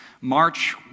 March